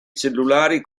cellulari